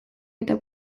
eta